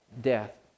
Death